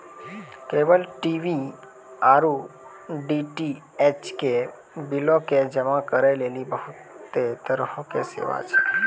cable TV आरु DTH के बिलो के जमा करै लेली बहुते तरहो के सेवा छै